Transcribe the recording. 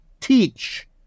teach